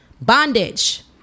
bondage